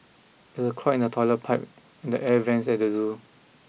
there is a clog in the toilet pipe and the air vents at the zoo